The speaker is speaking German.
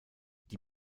die